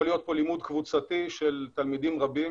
יכול להיות פה לימוד קבוצתי של תלמידים רבים.